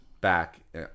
back